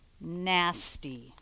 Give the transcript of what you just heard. nasty